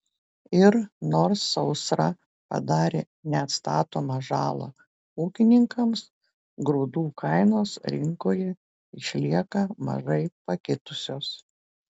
ir nors sausra padarė neatstatomą žalą ūkininkams grūdų kainos rinkoje išlieka mažai pakitusios